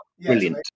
brilliant